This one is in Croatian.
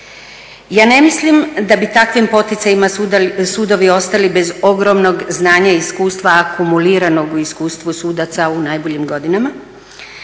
Ja ne mislim da bi takvim poticajima sudovi ostali bez ogromnog znanja i iskustva akumuliranog u iskustvu sudaca u najboljim godinama.